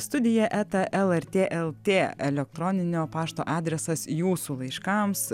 studija eta lrt lt elektroninio pašto adresas jūsų laiškams